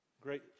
great